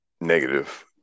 negative